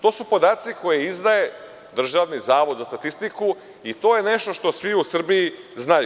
To su podaci koje izdaje Državni zavod za statistiku i to je nešto što svi u Srbiji znaju.